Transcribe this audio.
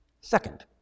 Second